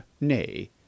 nay